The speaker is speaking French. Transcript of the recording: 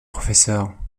professeur